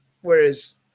whereas